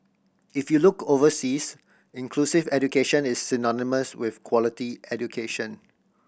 if you look overseas inclusive education is synonymous with quality education